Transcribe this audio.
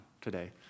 today